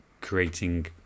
creating